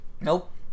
Nope